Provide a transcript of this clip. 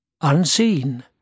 Unseen